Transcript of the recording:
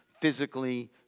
physically